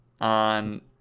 on